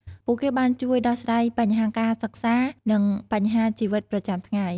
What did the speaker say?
ពួកគេបានជួយដោះស្រាយបញ្ហាការសិក្សា និងបញ្ហាជីវិតប្រចាំថ្ងៃ។